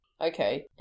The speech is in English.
Okay